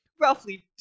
roughly